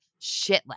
shitless